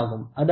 அதாவது 0